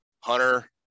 Hunter